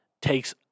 takes